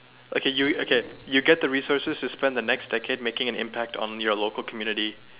okay you get the resources to get the resources to spend the next decade to make an impact on your local community